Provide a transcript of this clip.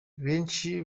benshi